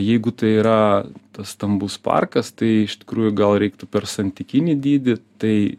jeigu tai yra tas stambus parkas tai iš tikrųjų gal reiktų per santykinį dydį tai